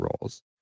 roles